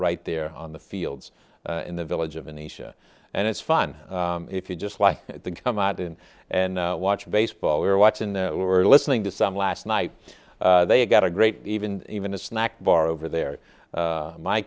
right there on the fields in the village of in asia and it's fun if you just like come out and and watch baseball we're watching that we're listening to some last night they got a great even even a snack bar over there